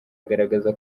agaragaza